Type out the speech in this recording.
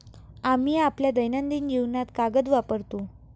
आम्ही आपल्या दैनंदिन जीवनात कागद वापरतो